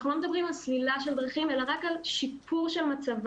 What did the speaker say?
אנחנו לא מדברים על סלילה של דרכים אלא רק על שיפור של מצבם,